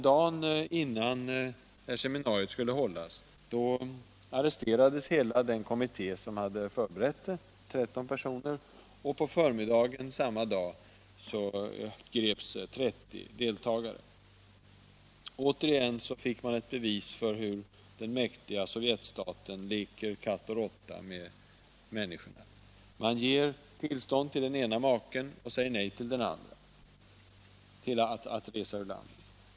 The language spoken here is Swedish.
Dagen innan seminariet skulle hållas arresterades hela den kommitté på 13 personer som hade förberett det. På förmiddagen samma dag greps 30 deltagare. Återigen fick man ett bevis för hur den mäktiga Sovjetstaten leker katt och råtta med människor. Man ger tillstånd till den ene maken och säger nej till den andre att få resa ur landet.